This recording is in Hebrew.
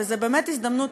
וזו באמת הזדמנות,